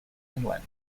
inland